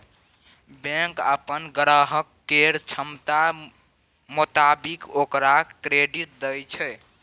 bank अप्पन ग्राहक केर क्षमताक मोताबिक ओकरा क्रेडिट दय छै